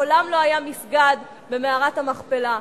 מעולם לא היה מסגד במערת המכפלה.